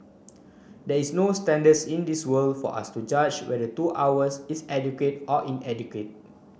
there is no standards in this world for us to judge whether two hours is adequate or inadequate